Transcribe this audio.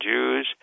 Jews